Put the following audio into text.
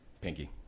Pinky